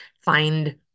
find